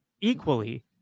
equally